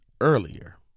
earlier